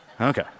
Okay